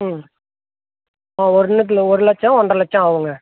ம் ஆ ஒன்னுத்தில் ஒரு லட்சம் ஒன்ரை லட்சம் ஆவும்ங்க